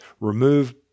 remove